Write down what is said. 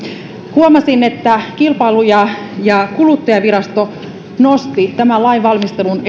huomasin että kilpailu ja ja kuluttajavirasto nosti tämän lainvalmistelun